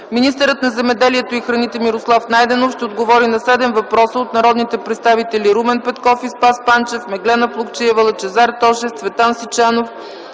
Министърът на земеделието и храните Мирослав Найденов ще отговори на седем въпроса от народните представители: Румен Петков и Спас Панчев, Меглена Плугчиева, Лъчезар Тошев, Цветан Сачанов,